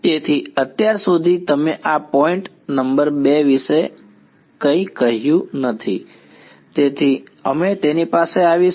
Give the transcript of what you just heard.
તેથી અત્યાર સુધી અમે આ પોઇન્ટ નંબર 2 વિશે કંઇ કહ્યું નથી તેથી અમે તેની પાસે આવીશું